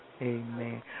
Amen